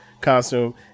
costume